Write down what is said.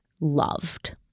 loved